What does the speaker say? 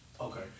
Okay